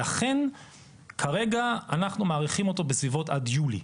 לכן כרגע אנחנו מעריכים אותו בסביבות עד יולי.